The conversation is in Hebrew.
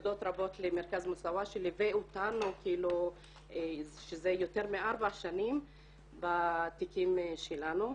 תודות רבות למרכז מוסאוא שליווה אותנו יותר מארבע שנים בתיקים שלנו.